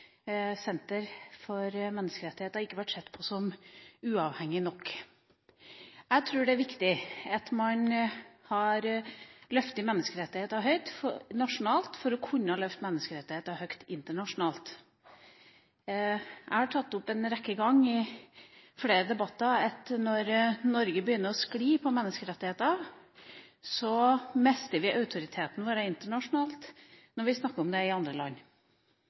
senter for menneskerettigheter ikke ble sett på som uavhengig nok. Jeg tror det er viktig at man løfter menneskerettigheter høyt nasjonalt for å kunne løfte menneskerettigheter høyt internasjonalt. Jeg har tatt det opp en rekke ganger og i flere debatter at når Norge begynner å skli når det gjelder menneskerettigheter, mister vi autoriteten vår internasjonalt når vi snakker om det i andre land.